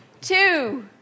Two